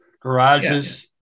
garages